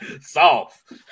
Soft